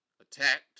attacked